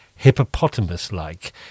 hippopotamus-like